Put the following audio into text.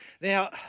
Now